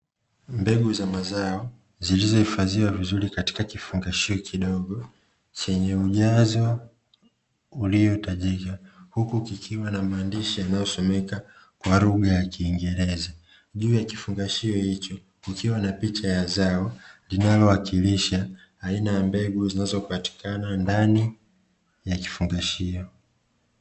Mbegu za mazao zilizohifadhiwa vizuri katika kifungashio kidogo, chenye ujazo uliohitajika, uku kikiwa na maandishi yanayosomeka wa lugha ya kiingereza. Juu ya kifungashio hicho kukiwa na picha ya zao, linalowakilisha aina ya mbegu zinazopatikana ndani ya kifungashio.